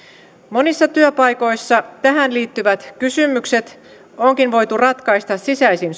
monissa työpaikoissa tähän liittyvät kysymykset onkin voitu ratkaista sisäisin